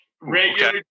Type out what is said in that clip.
regular